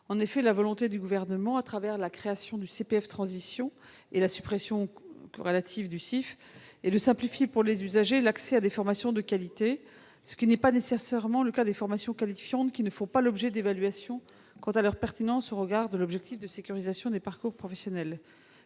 En effet, la volonté du Gouvernement, au travers de la création du CPF de transition professionnelle et de la suppression du CIF, est de simplifier, pour les usagers, l'accès à des formations de qualité, ce qui n'est pas nécessairement le cas des formations qualifiantes, qui ne font pas l'objet d'évaluations quant à leur pertinence au regard de l'objectif de sécurisation des parcours professionnels.